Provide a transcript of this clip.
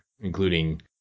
including